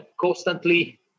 constantly